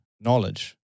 knowledge